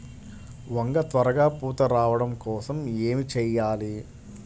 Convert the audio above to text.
వంగ త్వరగా పూత రావడం కోసం ఏమి చెయ్యాలి?